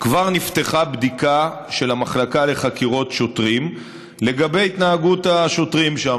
כבר נפתחה בדיקה של המחלקה לחקירות שוטרים על התנהגות השוטרים שם.